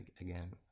again